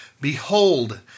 Behold